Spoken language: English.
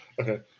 Okay